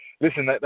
Listen